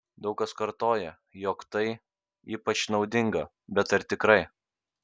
daug kas kartoja jog tai ypač naudinga bet ar tikrai